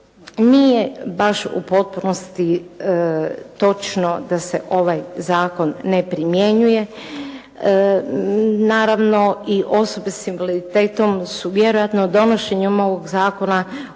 nije baš u potpunosti točno da se ovaj zakon ne primjenjuje. Naravno i osobe sa invaliditetom su vjerojatno donošenjem ovog zakona